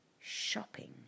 shopping